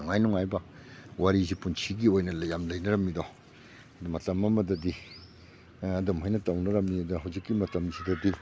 ꯅꯨꯡꯉꯥꯏ ꯅꯨꯡꯉꯥꯏꯕ ꯋꯥꯔꯤꯁꯤ ꯄꯨꯟꯁꯤꯒꯤ ꯑꯣꯏꯅ ꯌꯥꯝ ꯂꯩꯅꯔꯝꯃꯤꯗꯣ ꯑꯗꯨ ꯃꯇꯝ ꯑꯃꯗꯗꯤ ꯑꯗꯨꯝ ꯍꯥꯏꯅ ꯇꯧꯅꯔꯝꯏ ꯑꯗꯣ ꯍꯧꯖꯤꯛꯀꯤ ꯃꯇꯝꯁꯤꯗꯗꯤ